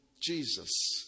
Jesus